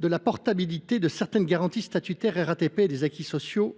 la portabilité de certaines garanties statutaires de la RATP et des acquis sociaux